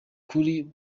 kuri